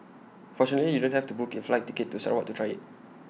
fortunately you don't have to book A flight ticket to Sarawak to try IT